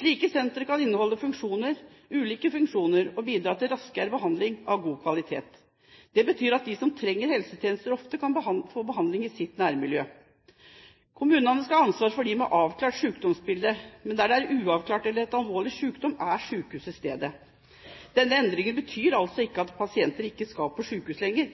Slike senter kan inneholde ulike funksjoner, og bidrar til raskere behandling av god kvalitet. Det betyr at de som trenger helsetjenester ofte, kan få behandling i sitt nærmiljø. Kommunene skal ha ansvar for dem med avklart sykdomsbilde, mens der det er uavklart eller er alvorlig sykdom, er sykehuset stedet. Denne endringen betyr altså ikke at pasienter ikke skal på sykehus lenger,